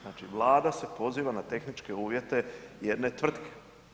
Znači Vlada se poziva na tehničke uvjete jedne tvrtke.